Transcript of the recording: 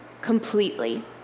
completely